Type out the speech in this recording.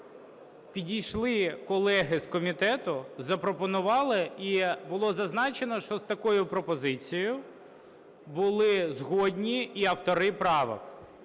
Підійшли колеги з комітету, запропонували, і було зазначено, що з такою пропозицією були згодні і автори правок.